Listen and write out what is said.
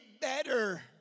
better